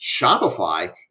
Shopify